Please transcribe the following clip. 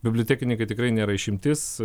bibliotekininkai tikrai nėra išimtis